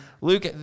Luke